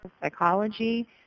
psychology